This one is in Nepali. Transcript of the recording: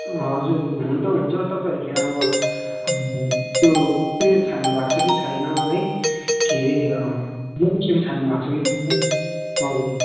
हजुर हुनु त हुन्छ तपाईँहरूले अब भ त्यो उयो छान्नु भएको छ कि छैन है के अरे लोकेसन छान्नु भएको कि छैन हजुर